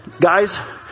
Guys